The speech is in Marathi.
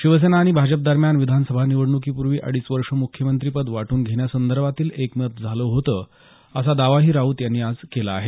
शिवसेना आणि भाजप दरम्यान विधानसभा निवडणुकीपुर्वी अडीच वर्षे मुख्यमंत्रीपद वाटून घेण्यासंदर्भातील एकमत झालं होतं असा दावाही राऊत यांनी आज केला आहे